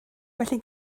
felly